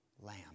Lamb